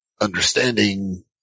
understanding